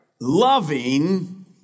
loving